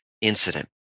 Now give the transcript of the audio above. incident